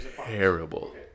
Terrible